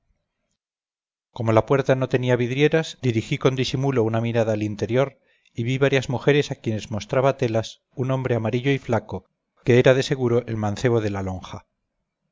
como la puerta no tenía vidrieras dirigí con disimulo una mirada al interior y vi varias mujeres a quienes mostraba telas un hombre amarillo y flaco que era de seguro el mancebo de la lonja